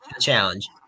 challenge